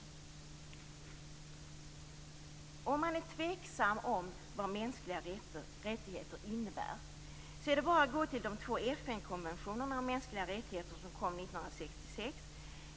Om man tvekar om vad mänskliga rättigheter innebär, är det bara att gå till de två FN-konventionerna om mänskliga rättigheter som kom 1966.